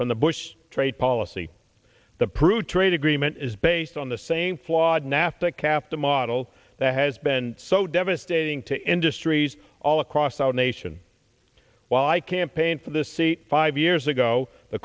from the bush trade policy the prove trade agreement is based on the same flawed nafta caffe the model that has been so devastating to industries all across our nation while i campaigned for the seat five years ago the